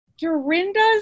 Dorinda's